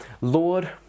Lord